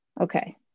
Okay